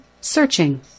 Searching